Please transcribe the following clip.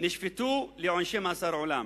ונשפטו לעונשי מאסר עולם.